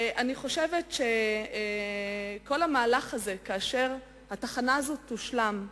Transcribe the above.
אני חושבת שכל המהלך הזה, כאשר התחנה הזאת תושלם,